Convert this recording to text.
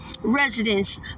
residents